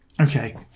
Okay